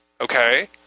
Okay